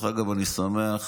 אני שמח